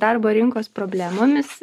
darbo rinkos problemomis